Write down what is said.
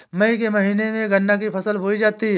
मई के महीने में गन्ना की फसल बोई जाती है